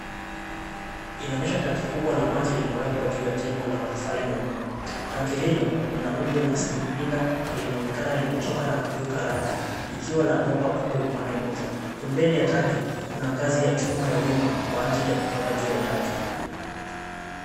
Inaonyesha tanki kubwa la maji lilowekwa juu ya jengo la matofali mekundu. Tanki hilo lina umbo la silinda na linaonekana limechoka na kugeuka rangi likiwa la bomba kubwa upande mmoja. Pembeni ya tanki, kuna ngazi ya chuma ya wima kwa ajili ya kupanda juu ya tanki.